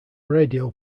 radio